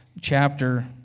chapter